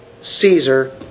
Caesar